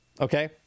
okay